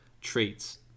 traits